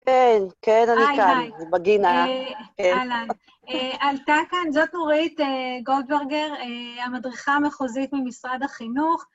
כן, כן, אני כאן, בגינה. אהלן. עלתה כאן... זאת נורית גולדברגר, המדריכה המחוזית ממשרד החינוך.